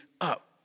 up